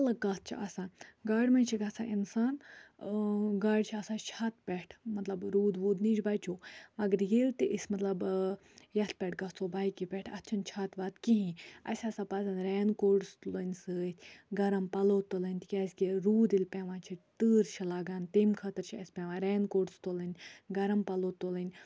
اَلگ کَتھ چھِ آسان گاڑِ منٛز چھِ گژھان اِنسان گاڑِ چھِ آسان چھَت پٮ۪ٹھ مطلب روٗد ووٗد نِش بَچو مگر ییٚلہِ تہِ أسۍ مطلب یَتھ پٮ۪ٹھ گَژھو بایکہِ پٮ۪ٹھ اَتھ چھِنہٕ چھت وَتہٕ کِہیٖنۍ اَسہِ ہَسا پَزَن رین کوٹٕس تُلٕنۍ سۭتۍ گَرم پَلو تُلٕنۍ تِکیٛازِِکہِ روٗد ییٚلہِ پٮ۪وان چھِ تۭر چھِ لَگان تمہِ خٲطرٕ چھِ اَسہِ پٮ۪وان رین کوٹٕس تُلٕنۍ گَرم پَلو تُلٕنۍ